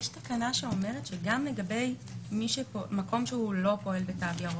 יש תקנה שאומרת שגם לגבי מקום שלא פועל בתו ירוק,